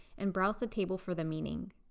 and browse the table for the meaning.